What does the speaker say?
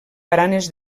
baranes